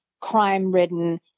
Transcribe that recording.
crime-ridden